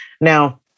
Now